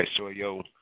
Soyo